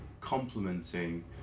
complementing